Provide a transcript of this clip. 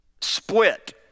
split